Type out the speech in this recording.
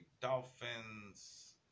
Dolphins